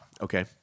Okay